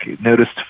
noticed